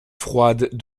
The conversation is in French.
froide